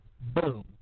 Boom